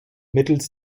mittels